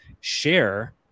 share